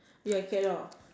ya cannot